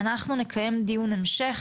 אנחנו נקיים דיון המשך